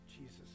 Jesus